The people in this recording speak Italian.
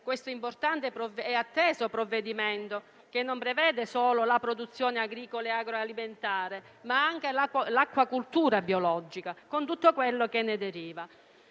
questo importante e atteso provvedimento, che non prevede solo la produzione agricola e agroalimentare, ma anche l'acquacoltura biologica, con tutto quello che ne deriva.